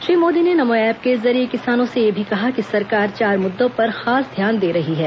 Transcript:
श्री मोदी ने नमो ऐप के जरिये किसानों से यह भी कहा कि सरकार चार मुद्दों पर खास ध्यान दे रही है